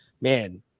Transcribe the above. Man